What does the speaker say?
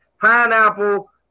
Pineapple